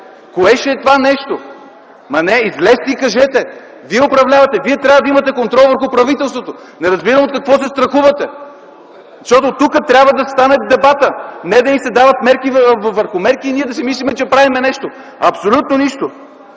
Кое ще е това нещо? (Реплики от ГЕРБ.) Излезте и кажете! Вие управлявате, вие трябва да имате контрол върху правителството. Не разбирам от какво се страхувате, защото тук трябва да стане дебатът, а не да ни се дават мерки върху мерки и ние да си мислим, че правим нещо. (Реплики на